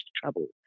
trouble